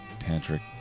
tantric